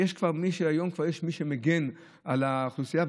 שהיום כבר יש מי שמגן על האוכלוסייה,